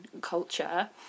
culture